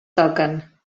toquen